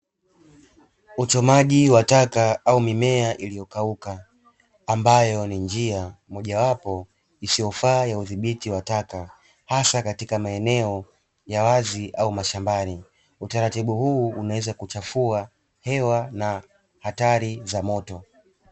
Uchomaji wa taka au mimea iliyokauka, ambayo ni njia mojawapo isiyofaa ya udhibiti wa taka, hasa katika maeneo ya wazi au mashambani. Utaratibu huu unaweza kuchafua hewa na hatari za moto.